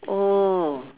oh